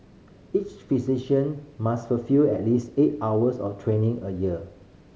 each physician must fulfil at least eight hours of training a year